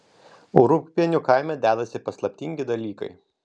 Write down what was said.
rūgpienių kaime dedasi paslaptingi dalykai